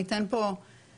אני אתן פה לדוברים,